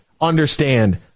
understand